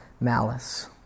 malice